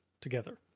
together